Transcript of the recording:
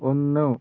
ഒന്നു